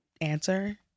answer